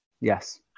Yes